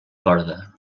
corda